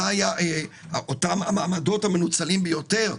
אותם המעמדות המנוצלים ביותר,